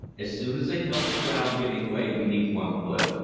as soon as they felt the ground giving way beneath one foot,